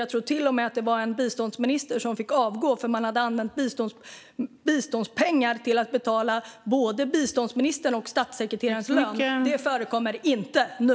Jag tror till och med att det var en biståndsminister som fick avgå därför att man hade använt biståndspengar till att betala både biståndsministerns och statssekreterarens lön. Det förekommer inte nu.